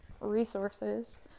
resources